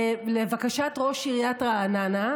לבקשת ראש עיריית רעננה,